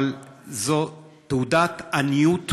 אבל זו תעודת עניות לחברה,